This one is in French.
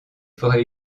forêts